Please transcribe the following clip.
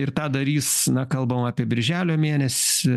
ir tą darys na kalbam apie birželio mėnesį